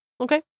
Okay